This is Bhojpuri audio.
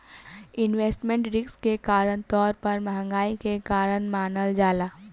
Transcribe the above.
इन्वेस्टमेंट रिस्क के तौर पर महंगाई के कारण मानल जाला